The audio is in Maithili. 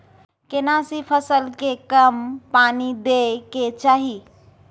केना सी फसल के कम पानी दैय के चाही?